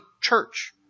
church